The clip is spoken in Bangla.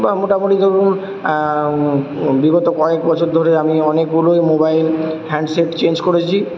মোটামুটি ধরুন বিগত কয়েক বছর ধরে আমি অনেকগুলোই মোবাইল হ্যান্ডসেট চেঞ্জ করেছি